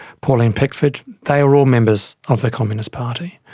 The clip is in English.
pauline pickford, they were all members of the communist party.